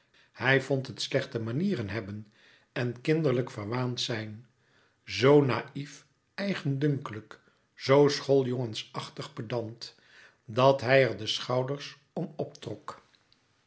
hij vond het slechte manieren hebben en kinderlijk verwaand zijn zoo naïf eigendunkelijk zoo schooljongensachtig pedant dat hij er de schouders om